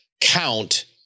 count